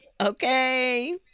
okay